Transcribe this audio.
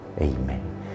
Amen